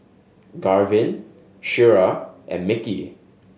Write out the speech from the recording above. Garvin Shira and Micky